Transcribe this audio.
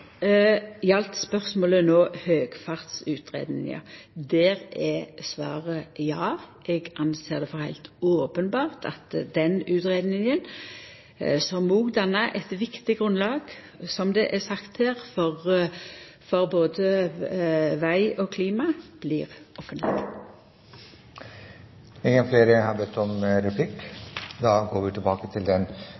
gjaldt spørsmålet høgfartsutgreiinga. Der er svaret ja, eg ser det som heilt openbert at den utgreiinga som òg dannar eit viktig grunnlag, som det er sagt her, for både veg og klima, blir